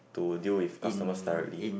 to deal with customers directly